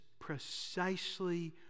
precisely